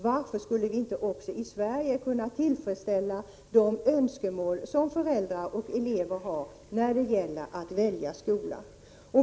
Varför skulle vi inte också i Sverige kunna tillfredsställa önskemål som föräldrar och elever har när det gäller att välja skola?